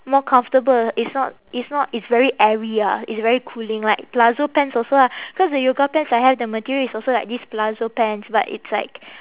more comfortable it's not it's not it's very airy ah it's very cooling like palazzo pants also lah cause the yoga pants I have the material is also like this palazzo pants but it's like